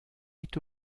est